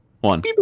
one